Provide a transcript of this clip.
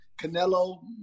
Canelo